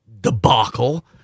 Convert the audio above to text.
debacle